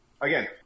Again